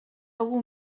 algú